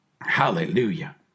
Hallelujah